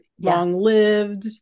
long-lived